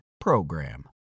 PROGRAM